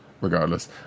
regardless